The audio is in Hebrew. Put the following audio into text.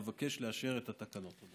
אבקש לאשר את התקנות.